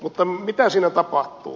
mutta mitä siinä tapahtuu